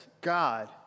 God